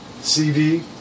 CD